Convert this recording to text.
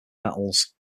metals